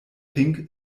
fink